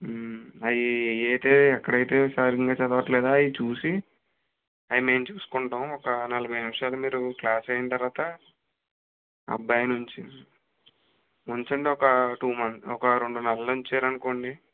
అవి ఏదైతే ఎక్కడ అయితే సరిగ్గా చదవట్లేదో అవి చూసి అవి మేం చూసుకుంటాం ఒక నలభై నిముషాలు మీరు క్లాస్ అయిన తరువాత అబ్బాయిని ఉంచి ఉంచండి ఒక టూ మంత్ రెండు నెలలు ఉంచారనుకోండి